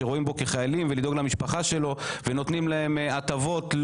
שרואים אותו כחייל ולדאוג למשפחה שלו ונותנים להם הטבות.